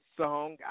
song